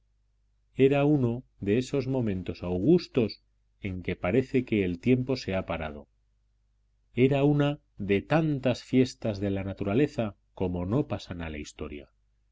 era uno de esos momentos augustos en que parece que el tiempo se ha parado era una de tantas fiestas de la naturaleza como no pasan a la historia